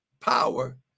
Power